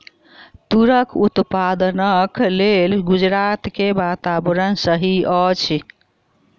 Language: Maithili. तूरक उत्पादनक लेल गुजरात के वातावरण सही अछि